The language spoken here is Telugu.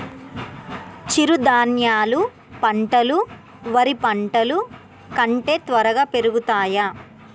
చిరుధాన్యాలు పంటలు వరి పంటలు కంటే త్వరగా పెరుగుతయా?